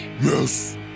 Yes